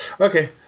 okay